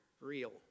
real